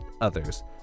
others